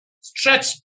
Stretch